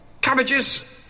Cabbages